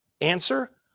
Answer